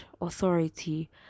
authority